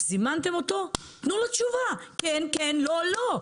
זימנתם אותו תנו לו תשובה אם כן או לא.